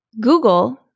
Google